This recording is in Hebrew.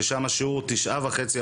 ששם השיעור הוא 9.5%,